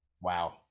wow